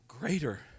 Greater